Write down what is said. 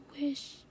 wish